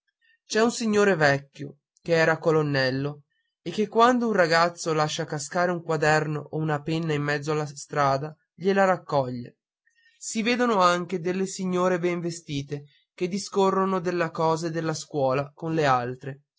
c'è un signore vecchio che era colonnello e che quando un ragazzo lascia cascare un quaderno o una penna in mezzo alla strada glie la raccoglie si vedono anche delle signore ben vestite che discorrono delle cose della scuola con le altre